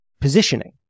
positioning